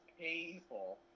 painful